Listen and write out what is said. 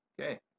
okay